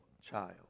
child